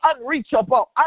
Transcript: unreachable